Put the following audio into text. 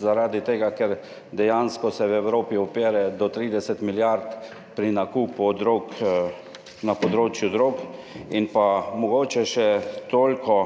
zaradi tega, ker dejansko se v Evropi opere do 30 milijard pri nakupu drog na področju drog. In pa mogoče še toliko,